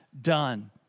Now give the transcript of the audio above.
done